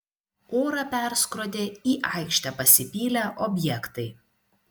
orą perskrodė į aikštę pasipylę objektai